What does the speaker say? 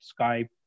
Skype